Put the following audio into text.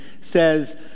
says